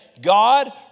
God